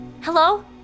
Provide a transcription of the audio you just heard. Hello